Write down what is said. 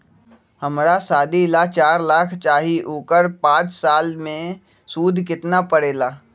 हमरा शादी ला चार लाख चाहि उकर पाँच साल मे सूद कितना परेला?